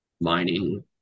mining